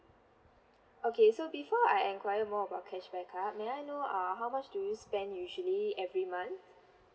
okay so before I enquire more about cashback card may I know err how much do you spend usually every month